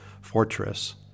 fortress